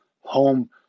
home